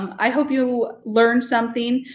i hope you learned something,